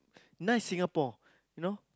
nice Singapore you know